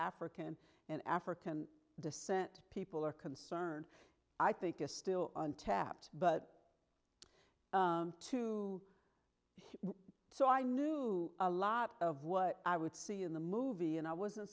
african and african descent people are concerned i think it's still untapped but to so i knew a lot of what i would see in the movie and i wasn't